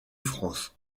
france